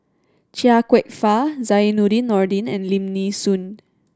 Chia Kwek Fah Zainudin Nordin and Lim Nee Soon